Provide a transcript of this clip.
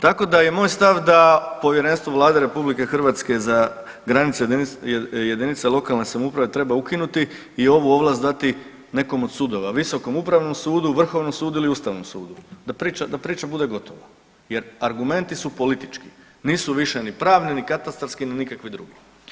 Tako da je moj stav da Povjerenstvo Vlade RH za granice jedinice lokalne samouprave treba ukinuti i ovu ovlast dati nekom od sudova, Visokom upravnom sudu, Vrhovnom sudu ili Ustavnom sudu, da priča bude gotova jer argumenti su politički, nisu više ni pravni ni katastarski ni nikakvi drugi.